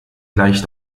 leicht